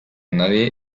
nadie